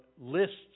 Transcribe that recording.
lists